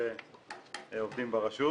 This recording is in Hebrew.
שעובדים ברשות.